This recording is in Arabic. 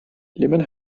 لمن